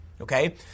Okay